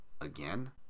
again